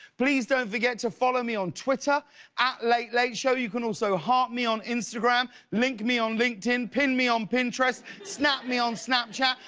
please don't forget to follow me on twitter at late late show. you can also heart me on instagram, link me on linked in, pin me on pinterest, snap me on snapchat,